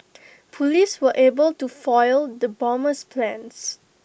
Police were able to foil the bomber's plans